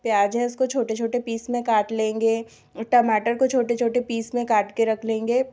प्याज है उसको छोटे छोटे पीस में काट लेंगे टमाटर को छोटे छोटे पीस में काट कर रख लेंगे